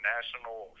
National